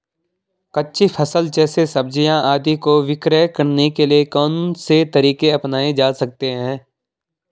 कच्ची फसल जैसे सब्जियाँ आदि को विक्रय करने के लिये कौन से तरीके अपनायें जा सकते हैं?